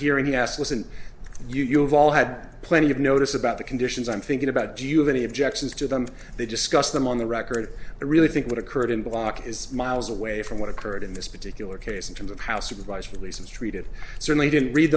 hearing he asked listen you've all had plenty of notice about the conditions i'm thinking about do you have any objections to them they discuss them on the record i really think what occurred in block is miles away from what occurred in this particular case in terms of how supervised release was treated certainly didn't read